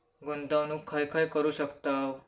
गुंतवणूक खय खय करू शकतव?